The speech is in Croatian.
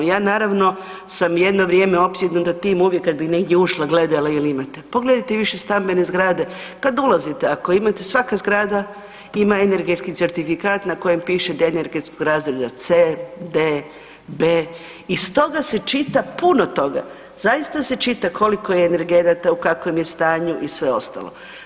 Ja naravno sam jedno vrijeme opsjednuta tim uvijek kad bi negdje ušla gledala jel imate, pogledajte više stambene zgrade kad ulazite ako imate svaka zgrada ima energetski certifikat na kojem piše da je energetskog razreda C, D, B iz toga se čita puno toga, zaista se čita koliko je energenata, u kakvom je stanju i sve ostalo.